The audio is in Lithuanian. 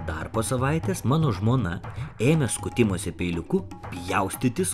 dar po savaitės mano žmona ėmė skutimosi peiliuku pjaustytis